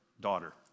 daughter